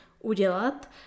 udělat